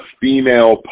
female